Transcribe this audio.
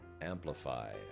amplify